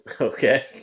Okay